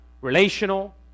relational